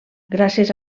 gràcies